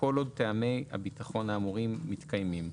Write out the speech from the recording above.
כל עוד טעמי הביטחון האמורים מתקיימים.